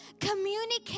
Communicate